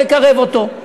לקרב אותו.